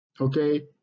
Okay